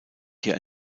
hier